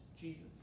Jesus